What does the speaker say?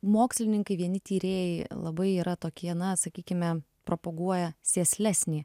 mokslininkai vieni tyrėjai labai yra tokie na sakykime propaguoja sėslesnį